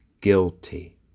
guilty